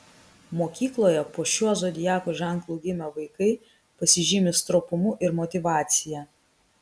mokykloje po šiuo zodiako ženklu gimę vaikai pasižymi stropumu ir motyvacija